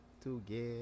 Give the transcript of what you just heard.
together